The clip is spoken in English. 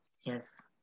yes